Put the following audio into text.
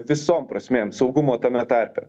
visom prasmėm saugumo tame tarpe